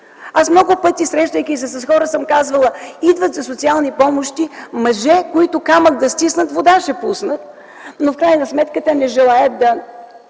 Аз много пъти, срещайки се с хора, съм казвала – идват за социални помощи мъже, които камък да стиснат – вода ще пуснат, но в крайна сметка те не желаят да